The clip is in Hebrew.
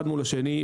אחד מול השני.